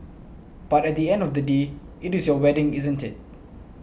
but at the end of the day it is your wedding isn't it